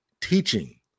teaching